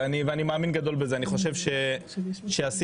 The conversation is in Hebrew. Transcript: כי הם הוסיפו --- אני מבקש לא להפריע